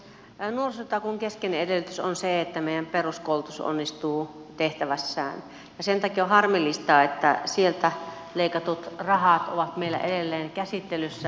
nuorisotakuun keskeinen edellytys on se että meidän peruskoulutus onnistuu tehtävässään ja sen takia on harmillista että sieltä leikatut rahat ovat meillä edelleen käsittelyssä